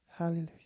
Hallelujah